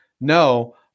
No